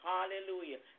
Hallelujah